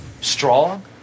strong